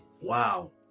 Wow